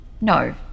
No